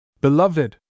Beloved